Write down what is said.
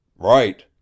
right